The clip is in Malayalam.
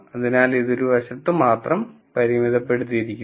അതിനാൽ ഇത് ഒരു വശത്ത് മാത്രം പരിമിതപ്പെടുത്തുന്നു